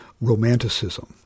Romanticism